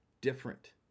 different